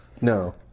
No